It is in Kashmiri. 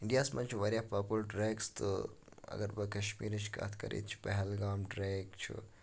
اِنڈیا ہَس منٛز چھُ واریاہ پاپلر ٹریکٔس تہٕ اَگر بہٕ کَشمیٖرٕچ کَتھ کرٕ ییٚتہِ چھُ پَہلگام ٹریک چھُ